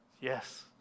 Yes